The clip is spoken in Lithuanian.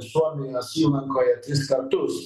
suomijos įlankoje tris kartus